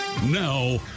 Now